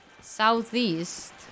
Southeast